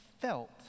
felt